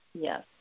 Yes